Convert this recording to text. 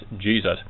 Jesus